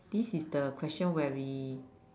this is the question where we